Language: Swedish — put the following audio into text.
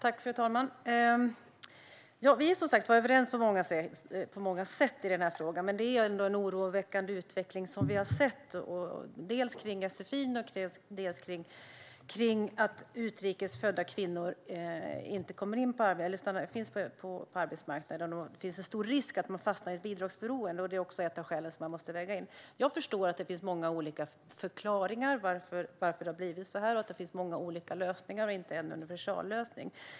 Fru talman! Vi är på många sätt överens i frågan. Men det är ändå en oroväckande utveckling som vi har sett för sfi:n och om att utrikes födda kvinnor inte finns på arbetsmarknaden. Det finns en stor risk att de fastnar i ett bidragsberoende. Det är också ett av skälen som man måste väga in. Jag förstår att det finns många olika förklaringar till att det har blivit så här och att det finns många olika lösningar och inte en universallösning.